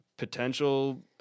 Potential